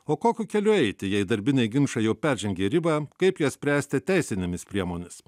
o kokiu keliu eiti jei darbiniai ginčai jau peržengė ribą kaip ją spręsti teisinėmis priemonėmis